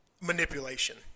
manipulation